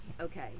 Okay